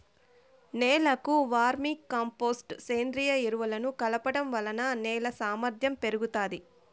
నేలకు vermi compost, సేంద్రీయ ఎరువులను కలపడం వలన నేల సామర్ధ్యం పెరుగుతాది